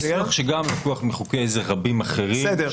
שזה ניסוח שגם לקוח מחוקי עזר רבים אחרים -- בסדר.